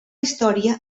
història